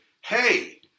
hey